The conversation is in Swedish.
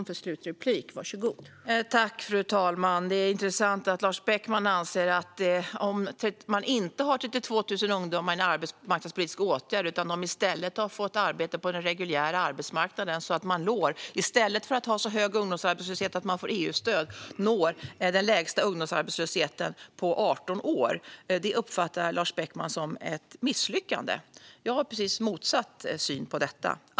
Fru talman! Det är intressant att Lars Beckman anser att det är ett misslyckande om man inte har 32 000 ungdomar i en arbetsmarknadspolitisk åtgärd och de i stället har fått arbete på den reguljära arbetsmarknaden. I stället för att ha en så hög ungdomsarbetslöshet att man får EU-stöd når man den lägsta ungdomsarbetslösheten på 18 år. Det uppfattar Lars Beckman som ett misslyckande. Jag har precis motsatt syn på detta.